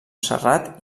serrat